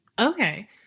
Okay